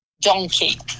donkey